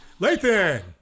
Lathan